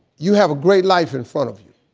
you have a great life in front of you.